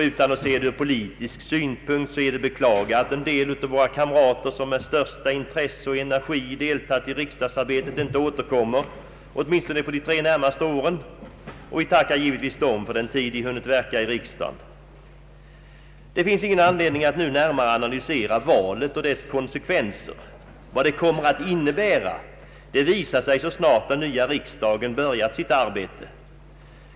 Utan att se det ur politisk synpunkt är det att beklaga att en del av våra kamrater, som med största intresse och energi deltagit i riksdagsarbetet, inte återkommer åtminstone på de tre närmaste åren. Vi tackar dem givetvis för den tid de hunnit verka i riksdagen. Det finns ingen anledning att nu närmare analysera valet och dess konsekvenser. Vad det kommer att innebära visar sig så snart den nya riksdagen börjat sitt arbete.